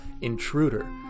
intruder